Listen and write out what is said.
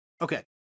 Okay